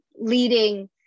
leading